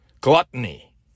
gluttony